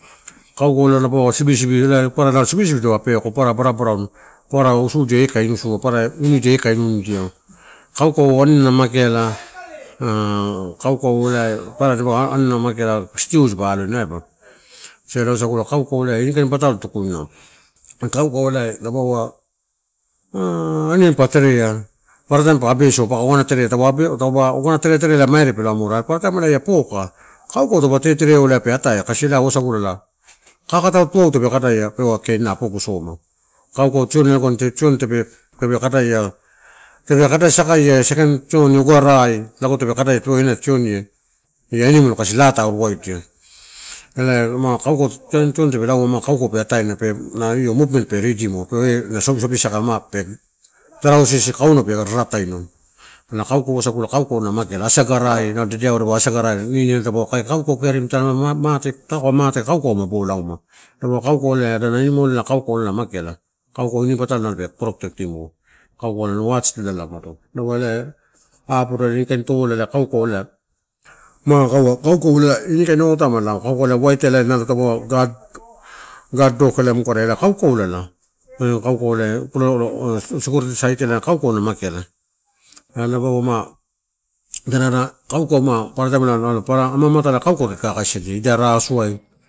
Kaukau ela nalo sibisibi elai papara nalo sibisibi dapa peko papara barabaraun popara usu ia eh kain usudiaua papara inidia ia eh kain unidiaua. Kaukau anu nala mageala kaukau ela papara dipaua ani nala mageala stew dipa aloina aiba. Ela uasagula kaukau ini patalo tukuinau. Kaukau ela dapaia ah aniani pa terea paparataim pa abesua paka uagana terea, taupe uagana terea terea ela maire pe lo amore are paparataim ia poka, kaukau taupe tetereau pe atae kasi ela uasagula. Kakata tuau tape kada peuo kee na apogu soma. Kaukau tioni tape kadaia, tape kada sakaia, sakaini tioni ogarai lago tape kadai peua ena tioni en. Ia animal kasi laa ta alo waidia, ela, ma kaukau saka tioni tape tauma ma kaukau pe ataena en movement pe ridimua, ah peua ena sobisobi sakama, tarausi kaiuna pe rarataina. Ela uasagula kaukau nu mageala, asagarai nalo dedeaua niniada nalo dipaua kaukau kee taupe mate kaukau ma bo lauma, dapaua kaukau ela ada animal elai kaukau na mageala kaukau ini pataloai pe protectimuo kaukau adi ini kain torola kaukau ela ini kain, otaimalao. Kaukau ela waitai nalo taupe guard dog ela umukada kaukau lala, kaukau. Security sait kaukau na mageala ela nalo dapaua ela adana kaukau papara amaamatalai nalo tadi kakaisi sadia ida rasu ai.